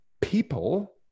people